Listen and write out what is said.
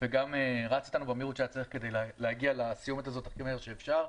וגם רץ איתנו במהירות שהיה צריך כדי להגיע לסיומת הזאת הכי מהר שאפשר.